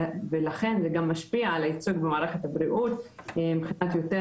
ולכן זה גם משפיע על הייצוג במערכת הבריאות מבחינת יותר